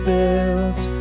built